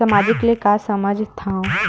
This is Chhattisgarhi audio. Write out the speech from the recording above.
सामाजिक ले का समझ थाव?